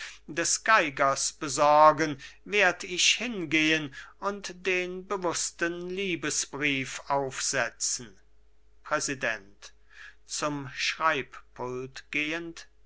des geigers besorgen werd ich hingehen und den bewußten liebesbrief aufsetzen präsident